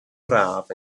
braf